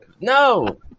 No